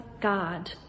God